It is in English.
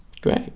Great